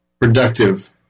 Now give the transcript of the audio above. productive